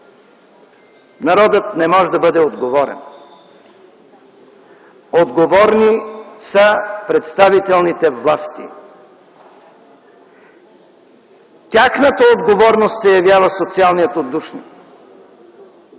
Народът не може да бъде отговорен! Отговорни са представителните власти. Тяхната отговорност се явява социалният отдушник.